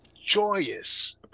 joyous